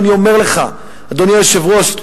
אדוני היושב-ראש,